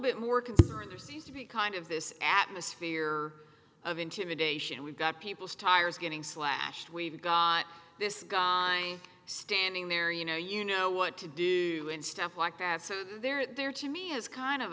bit more concerned there seems to be kind of this atmosphere of intimidation we've got people stiers getting slashed we've got this guy standing there you know you know what to do and stuff like that so they're there to me is kind of